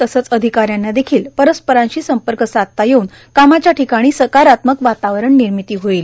तसंच अधिकाऱ्याना देखील परस्परांशी संपर्क साधता येऊन कामाच्या ठिकाणी सकारात्मक वातावरण निर्मिती होईल